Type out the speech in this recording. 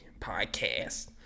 podcast